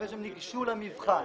ניגשו למבחן.